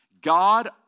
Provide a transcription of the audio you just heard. God